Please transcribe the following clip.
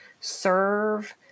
serve